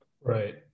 Right